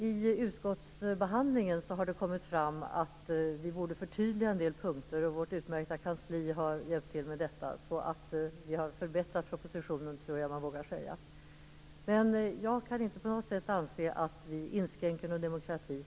I utskottsbehandlingen har det kommit fram att vi borde göra förtydliganden på en del punkter. Vårt utmärkta kansli har hjälpt till med detta, så att vi har förbättrat propositionen, tror jag att jag vågar säga. Jag anser inte att vi på något sätt gör inskränkningar i demokratin.